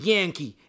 Yankee